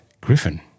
griffin